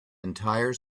entire